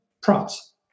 props